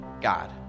God